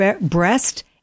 breast